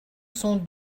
son